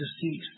deceased